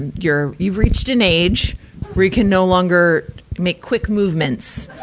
you're you've reached an age where you can no longer make quick movements.